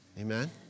Amen